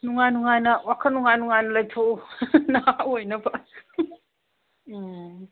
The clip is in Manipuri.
ꯅꯨꯡꯉꯥꯏ ꯅꯨꯡꯉꯥꯏꯅ ꯋꯥꯈꯜ ꯅꯨꯡꯉꯥꯏ ꯅꯨꯡꯉꯥꯏꯅ ꯂꯩꯊꯣꯛꯎ ꯅꯍꯥ ꯑꯣꯏꯅꯕ ꯎꯝ